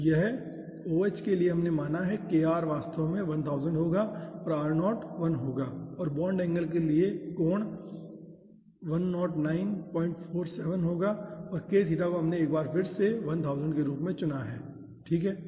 तो यहाँ OH के लिए हमने माना है कि kr वास्तव में 1000 होगा और r0 1 होगा और बॉन्ड एंगल के लिए कोण 10947 होगा और k थीटा को हमने एक बार फिर से 1000 के रूप में चुना है ठीक है